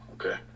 Okay